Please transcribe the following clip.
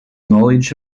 knowledge